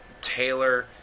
Taylor